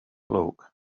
luck